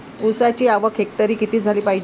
ऊसाची आवक हेक्टरी किती झाली पायजे?